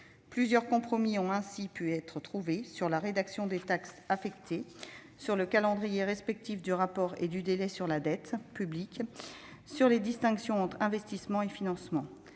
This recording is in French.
Plusieurs compromis ont ainsi pu être trouvés, notamment sur la discussion des taxes affectées, le calendrier respectif du rapport et du débat sur la dette publique, ou encore la distinction entre investissement et financement.